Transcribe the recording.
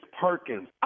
Perkins